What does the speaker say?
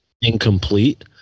incomplete